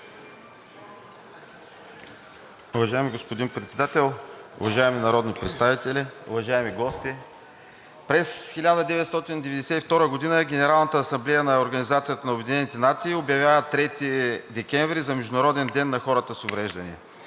Уважаеми господин Председател, уважаеми народни представители, уважаеми гости! През 1992 г. Генералната асамблея на ООН обявява 3 декември за Международен ден на хората с увреждания.